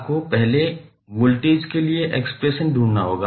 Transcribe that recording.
आपको पहले वोल्टेज के लिए एक्सप्रेशन ढूँढना होगा